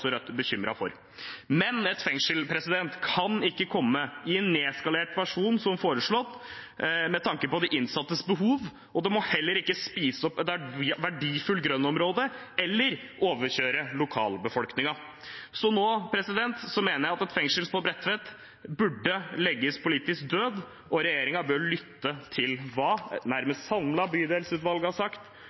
Rødt bekymret for. Men et fengsel kan ikke komme i en nedskalert versjon, som foreslått, med tanke på de innsattes behov, og det må heller ikke spise opp verdifulle grøntområder eller overkjøre lokalbefolkningen. Nå mener jeg at et fengsel på Bredtvet bør legges politisk død, og regjeringen bør lytte til hva et nesten samlet bydelsutvalg har sagt,